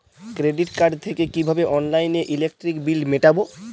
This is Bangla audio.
ক্রেডিট কার্ড থেকে কিভাবে অনলাইনে ইলেকট্রিক বিল মেটাবো?